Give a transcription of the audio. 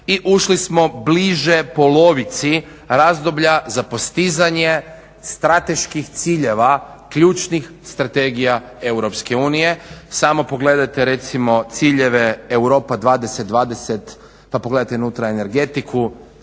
i ušli smo bliže polovici razdoblja za postizanje strateških ciljeva ključnih strategija EU, samo pogledajte recimo ciljeve Europa 20, 20 pa pogledajte nutraenergetiku